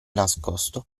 nascosto